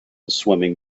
swimming